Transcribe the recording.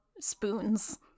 spoons